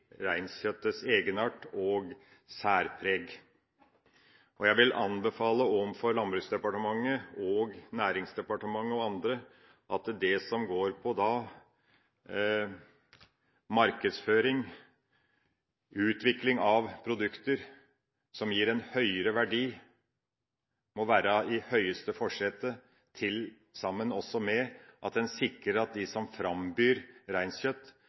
reinkjøttets egenart og særpreg. Jeg vil anbefale overfor Landbruksdepartementet og Næringsdepartementet – og andre – at det som går på markedsføring, utvikling av produkter som gir en høyere verdi, må være i forsetet, samtidig som en også sikrer at de som frambyr reinkjøtt, får en større markedsmakt, og at